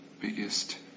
biggest